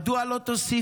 מדוע לא תוסיפו,